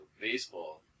Baseball